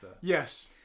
Yes